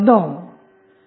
5 13vtest21 అందువలనvtest0